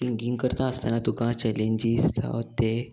singing करता आसतना तुका चॅलेंजीस जावं तें